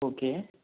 okay